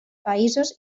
països